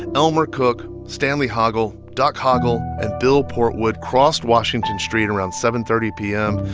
elmer cook, stanley hoggle, duck hoggle and bill portwood crossed washington street around seven thirty p m.